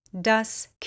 Das